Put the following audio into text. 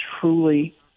truly